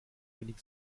wenig